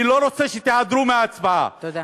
אני לא רוצה שתיעדרו מההצבעה, תודה.